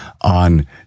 on